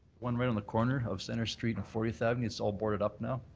one right on the corner of centre street and fortieth avenue. it's all boarded up now.